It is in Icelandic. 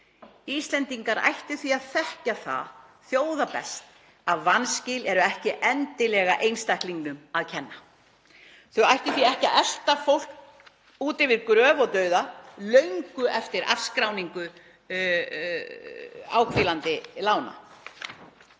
Íslendingar ættu því að þekkja það þjóða best að vanskil eru ekki endilega einstaklingnum að kenna. Þau ættu því ekki að elta fólk út fyrir gröf og dauða löngu eftir afskráningu áhvílandi lána.